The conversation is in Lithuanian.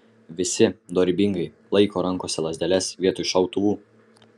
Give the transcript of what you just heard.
visi dorybingai laiko rankose lazdeles vietoj šautuvų